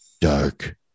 dark